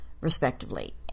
respectively